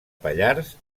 pallars